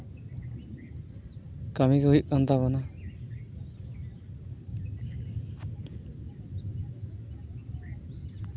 ᱠᱟᱹᱢᱤ ᱜᱮ ᱦᱩᱭᱩᱜ ᱠᱟᱱ ᱛᱟᱵᱚᱱᱟ